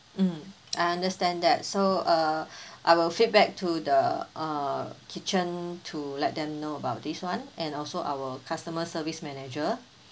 mm I understand that so uh I will feedback to the uh kitchen to let them know about this [one] and also our customer service manager